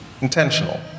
Intentional